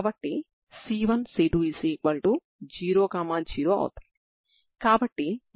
దీనిని ఇచ్చిన సమీకరణంలో అప్లై చేస్తే మీరు X0Tt0 ని పొందుతారు